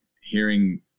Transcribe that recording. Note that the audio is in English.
hearing